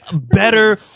better